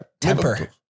Temper